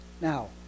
Now